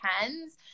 depends